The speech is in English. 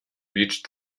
reached